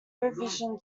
eurovision